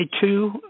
two